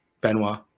Benoit